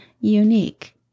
unique